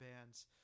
bands